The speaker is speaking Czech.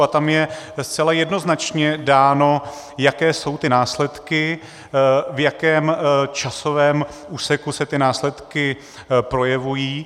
A tam je zcela jednoznačně dáno, jaké jsou ty následky, v jakém časovém úseku se ty následky projevují.